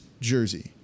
jersey